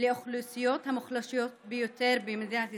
לאוכלוסיות המוחלשות ביותר במדינת ישראל,